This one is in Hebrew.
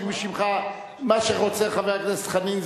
מזמין את חבר הכנסת דב חנין,